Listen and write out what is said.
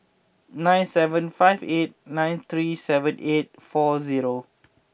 nine seven five eight nine three seven eight four zero